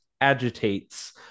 agitates